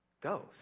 goes